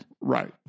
Right